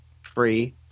free